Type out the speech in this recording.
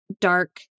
Dark